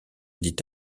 dit